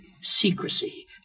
Secrecy